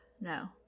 No